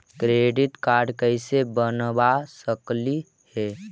Credit card कैसे बनबा सकली हे?